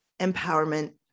empowerment